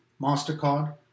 MasterCard